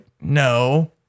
No